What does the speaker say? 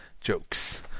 jokes